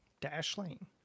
Dashlane